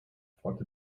fragte